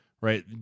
right